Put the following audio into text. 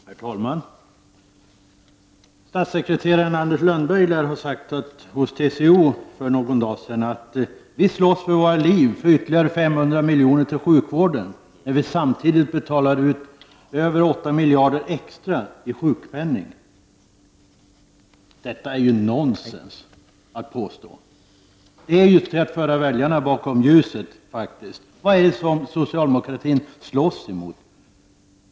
Herr talman! Statssekreterare Anders Lönnberg lär ha sagt hos TCO för någon dag sedan: Vi slåss för våra liv för ytterligare 500 miljoner till sjukvården, när vi samtidigt betalar ut över 8 miljarder extra i sjukpenning. Detta är ju nonsens att påstå. Det är att föra väljarna bakom ljuset. Vad är det socialdemokratin slåss emot?